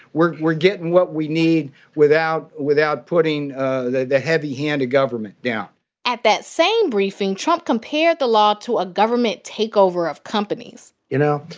we're we're getting what we need without without putting ah the the heavy hand of government down at that same briefing, trump compared the law to a government takeover of companies you know,